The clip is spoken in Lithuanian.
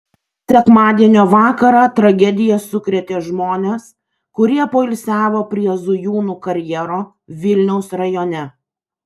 sekmadienio vakarą tragedija sukrėtė žmones kurie poilsiavo prie zujūnų karjero vilniaus rajone